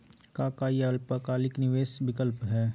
का काई अल्पकालिक निवेस विकल्प हई?